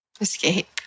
escape